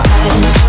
eyes